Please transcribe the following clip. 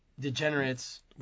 degenerates